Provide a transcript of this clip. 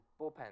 bullpen